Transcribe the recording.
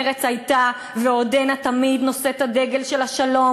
מרצ הייתה ועודנה תמיד נושאת הדגל של השלום